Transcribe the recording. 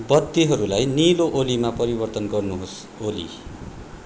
बत्तीहरूलाई नीलो ओलीमा परिवर्तन गर्नुहोस् ओली